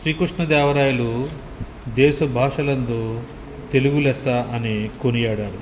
శ్రీకృష్ణదేవరాయలు దేశ భాషలందు తెలుగు లెస్స అని కొనియాడారు